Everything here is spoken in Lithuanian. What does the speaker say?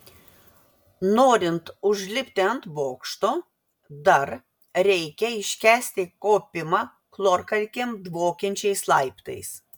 norint užlipti ant bokšto dar reikia iškęsti kopimą chlorkalkėm dvokiančiais laiptais